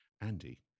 Andy